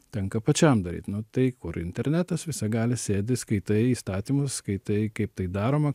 tenka pačiam daryt nu tai kur internetas visagalis sėdi skaitai įstatymus skaitai kaip tai daroma